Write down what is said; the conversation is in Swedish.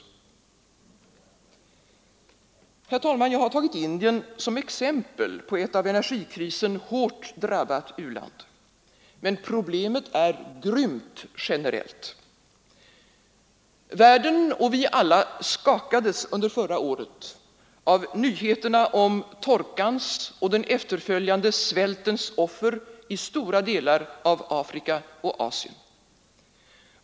Herr talman! Jag har tagit Indien som exempel på ett av energikrisen hårt drabbat u-land. Men problemet är grymt generellt. Världen skakades under förra året av nyheterna om torkans och den efterföljande svältens offer i stora delar av Afrika och Asien.